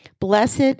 Blessed